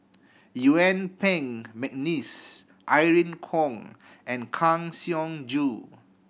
Yuen Peng McNeice Irene Khong and Kang Siong Joo